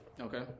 Okay